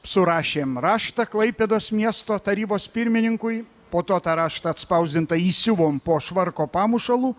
surašėm raštą klaipėdos miesto tarybos pirmininkui po to tą raštą atspausdintą įsiuvom po švarko pamušalu